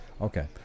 Okay